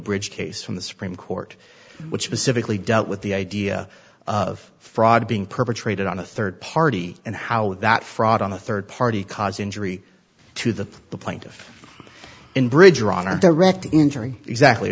bridge case from the supreme court which specifically dealt with the idea of fraud being perpetrated on a rd party and how that fraud on the rd party caused injury to the plaintiff in bridge or on or direct injury exactly